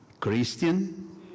Christian